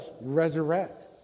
resurrect